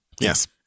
Yes